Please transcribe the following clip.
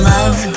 Love